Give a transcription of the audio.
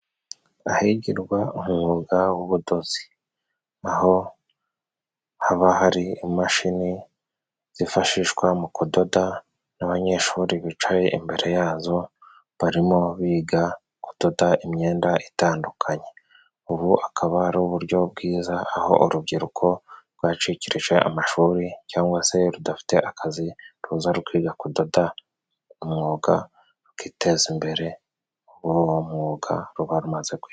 Ahigirwa umwuga w'ubudozi, aho haba hari imashini zifashishwa mu kudoda n'abanyeshuri bicaye imbere yazo, barimo biga kudoda imyenda itandukanye. Ubu akaba ari uburyo bwiza aho urubyiruko rwacikirije amashuri cyangwa se rudafite akazi ruza rukiga kudoda, umwuga, rukiteza imbere n'uwo mwuga ruba rumaze kwiga.